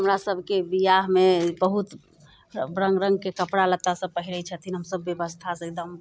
हमरासभके विवाहमे बहुत रङ्ग रङ्गके कपड़ा लत्तासभ पहिरैत छथिन हमसभ व्यवस्थासँ एकदम